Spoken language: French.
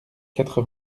quatre